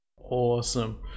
Awesome